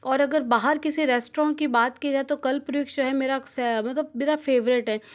और अगर बाहर किसी रेस्टोरेंट की बात की जाए तो कल मेरा से मेरा फ़ेवरेट है